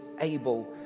able